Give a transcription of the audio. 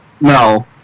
No